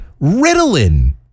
Ritalin